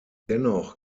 dennoch